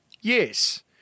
Yes